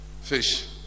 fish